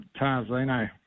Tarzino